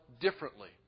differently